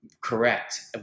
Correct